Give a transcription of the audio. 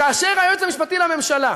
כאשר היועץ המשפטי לממשלה